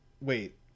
Wait